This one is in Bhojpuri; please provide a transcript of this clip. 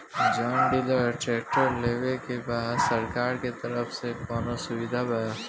जॉन डियर ट्रैक्टर लेवे के बा सरकार के तरफ से कौनो सुविधा बा?